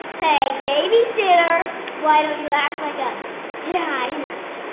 hey babysitter, why don't you act like a dinosaur?